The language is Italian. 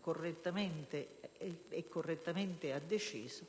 correttamente, e correttamente ha deciso,